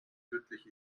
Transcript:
tödlich